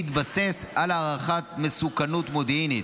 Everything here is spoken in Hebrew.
בהתבסס על הערכת מסוכנות מודיעינית,